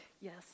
yes